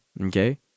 okay